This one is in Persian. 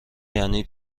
یعنی